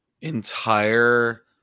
entire